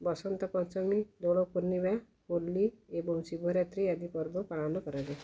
ବସନ୍ତ ପଞ୍ଚମୀ ଦୋଳ ପୂର୍ଣ୍ଣିମା ହୋଲି ଏବଂ ଶିବରାତ୍ରି ଆଦି ପର୍ବ ପାଳନ କରାଯାଏ